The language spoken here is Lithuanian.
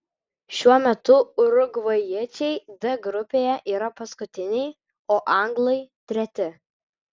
šiuo metu urugvajiečiai d grupėje yra paskutiniai o anglai treti